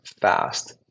fast